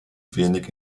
wenig